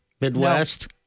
Midwest